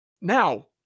now